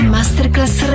Masterclass